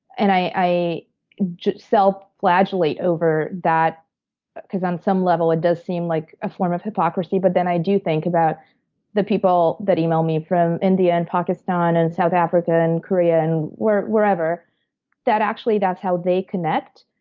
and i self-flagellate over that because, on some level, it does seem like a form of hypocrisy, but then, i do think about the people that email me from india, and pakistan, and south africa, and korea, and wherever that actually that's how they connect.